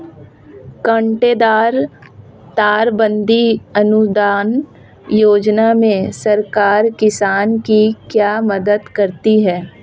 कांटेदार तार बंदी अनुदान योजना में सरकार किसान की क्या मदद करती है?